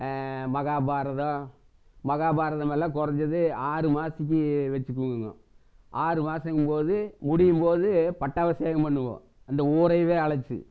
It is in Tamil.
மகாபாரதம் மகாபாரதமெல்லாம் குறஞ்சது ஆறு மாசத்துக்கு வச்சுக்குவோங்க ஆறு மாசங்கும்போது முடியும் போது பட்டாபிஷேகம் பண்ணுவோம் அந்த ஊரையவே அழைச்சி